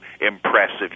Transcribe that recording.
impressive